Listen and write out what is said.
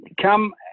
come